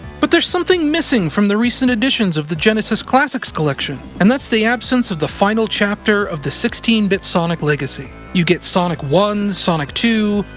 but there's something missing from the recent editions of the genesis classics collection, and that's the absence of the final chapter of the sixteen bit sonic legacy. you get sonic one, sonic two,